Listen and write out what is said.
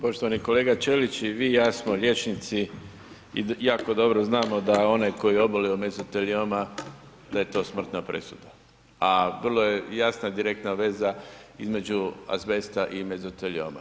Poštovani kolega Ćelić i vi i ja smo liječnici i jako dobro znamo da onaj tko je obolio od mezotelioma da je to smrtna presuda, a vrlo je jasna direktna veza između azbesta i mezotelioma.